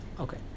Okay